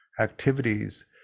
activities